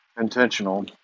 intentional